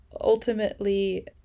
ultimately